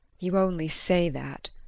you only say that.